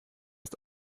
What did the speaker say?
ist